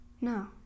no